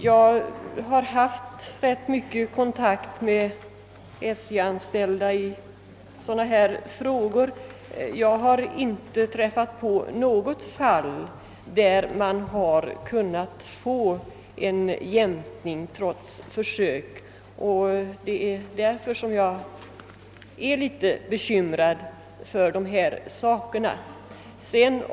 Jag har haft rätt mycket kontakt med SJ-anställda i frågor av detta slag, och jag har inte träffat på något fall där man har kunnat få till stånd en jämkning, trots gjorda försök. Det är därför jag är litet bekymrad för dessa saker.